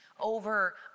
over